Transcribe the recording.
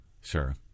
Sure